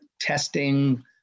testing